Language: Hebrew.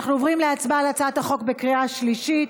אנחנו עוברים להצבעה על הצעת החוק בקריאה שלישית.